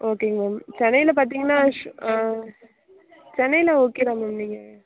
ஓகேங்க மேம் சென்னையில் பார்த்திங்கன்னா சென்னையில் ஓகே தான் மேம் நீங்கள்